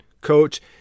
coach